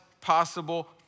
possible